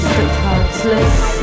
Heartless